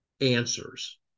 answers